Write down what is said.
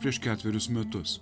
prieš ketverius metus